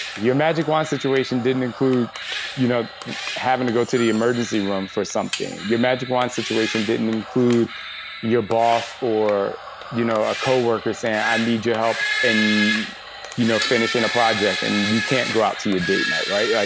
your magic wand situation didn't include you know having to go to the emergency room for something. your magic wand situation didn't include your boss or you know a coworkers saying, i need your help in you know finishing a project, and you can't go out to your date night, right?